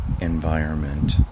environment